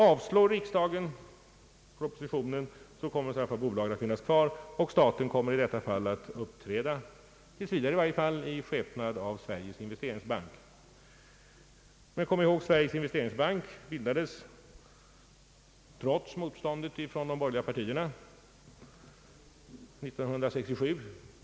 Avslår riksdagen propositionen kommer som sagt bolaget att finnas kvar och staten kommer i detta fall att, åtminstone tills vidare, uppträda i skepnad av Sveriges investeringsbank. Men kom ihåg, att Sveriges investeringsbank bildades 1967 trots motståndet från de borgerliga partierna.